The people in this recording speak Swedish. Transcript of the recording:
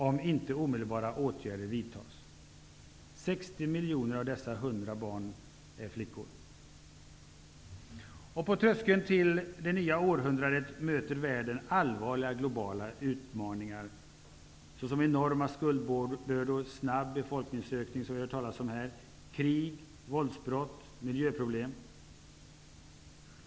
Av dessa 100 miljoner barn är 60 miljoner flickor. På tröskeln till det nya århundradet möter världen allvarliga globala utmaningar, såsom enorma skuldbördor, en snabb befolkningsökning, som det har talats om i debatten, krig, våldsbrott och miljöproblem.